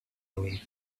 away